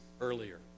earlier